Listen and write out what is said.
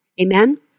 Amen